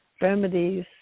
remedies